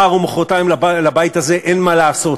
מחר או מחרתיים לבית הזה אין מה לעשות.